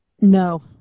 no